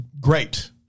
great